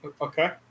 Okay